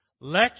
Let